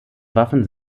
waffen